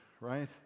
right